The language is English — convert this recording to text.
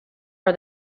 are